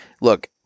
look